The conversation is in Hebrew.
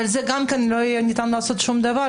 ולא ניתן יהיה לעשות שום דבר,